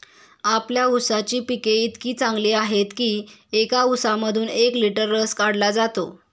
आपल्या ऊसाची पिके इतकी चांगली आहेत की एका ऊसामधून एक लिटर रस काढला जातो